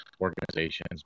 organizations